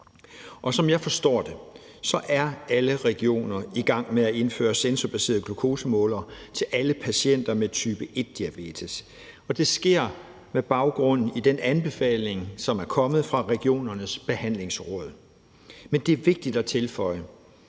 Som jeg forstår det, er alle regioner i gang med at indføre sensorbaserede glukosemålere til alle patienter med type 1-diabetes, og det sker med baggrund i den anbefaling, som er kommet fra regionernes behandlingsråd. Men det er vigtigt at tilføje,